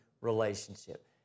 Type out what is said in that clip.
relationship